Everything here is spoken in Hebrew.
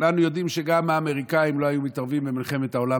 כולנו יודעים שגם האמריקנים לא היו מתערבים במלחמת העולם